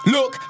Look